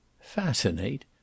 Fascinate